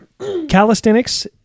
Calisthenics